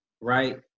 right